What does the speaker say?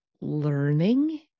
learning